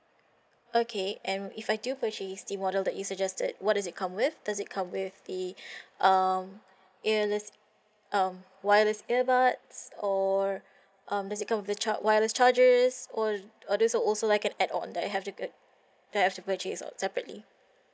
okay and if I do purchase the model that you suggested what is it come with does it come with the um earless um wireless earbuds or um does it come with char~ wireless chargers or or this will also like an add on that I have to g~ that I have to purchase a~ separately